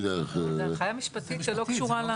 זו הנחיה משפטית שלא קשורה.